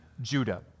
Judah